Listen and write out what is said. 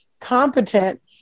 competent